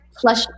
flush